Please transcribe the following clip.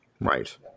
right